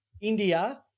India